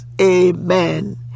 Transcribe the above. Amen